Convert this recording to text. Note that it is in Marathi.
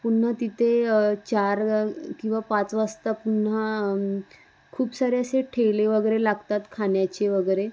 पुन्हा तिथे चार किंवा पाच वाजता पुन्हा खूप सारे असे ठेले वगैरे लागतात खाण्याचे वगैरे